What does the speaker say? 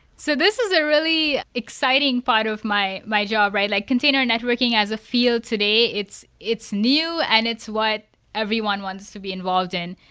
so this is a really exciting part of my my job. like container networking as a field today, it's it's new and it's what everyone wants to be involved in.